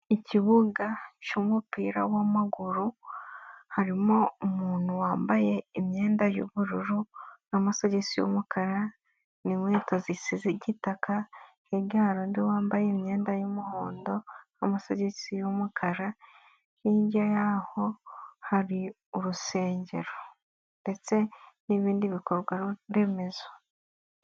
Ikibuga cy'umupira w'amaguru, harimo umuntu wambaye imyenda y'ubururu n'amasogisi y'umukara n'inkweto zisize igitaka, hirya hari undi wambaye imyenda y'umuhondo n'amasogisi y'umukara, hirya y'aho hari urusengero ndetse n'ibindi bikorwa remezo.